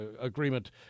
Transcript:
agreement